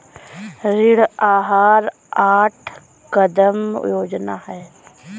ऋण आहार आठ कदम योजना है